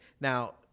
now